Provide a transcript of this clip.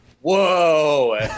Whoa